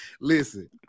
listen